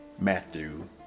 Matthew